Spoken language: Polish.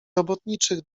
robotniczych